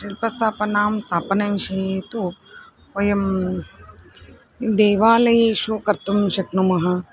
शिल्पस्थापना स्थापनाविषये तु वयं देवालयेषु कर्तुं शक्नुमः